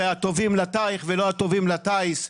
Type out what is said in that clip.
זה הטובים לטייח ולא הטובים לטייס,